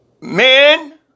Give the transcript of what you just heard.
Men